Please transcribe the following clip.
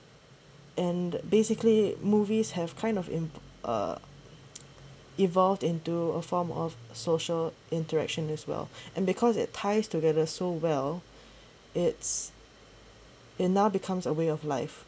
and basically movies have kind of in uh evolved into a form of social interaction as well and because it ties together so well it's it now becomes a way of life